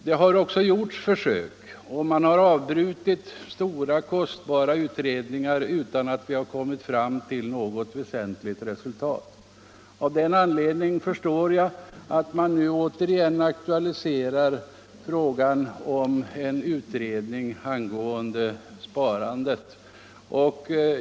Man har också försökt att göra en sådan kartläggning, men stora och kostnadskrävande utredningar har avbrutits utan att de kommit fram till något väsentligt resultat. Av den anledningen förstår jag att man nu åter aktualiserar frågan om en utredning rörande sparandet.